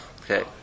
Okay